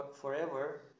forever